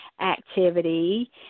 activity